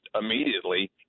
immediately